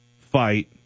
fight